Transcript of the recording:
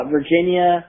Virginia